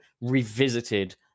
revisited